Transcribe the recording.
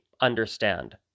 understand